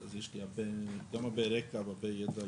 עין ואוזן לכלל החברה